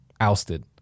ousted